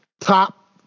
top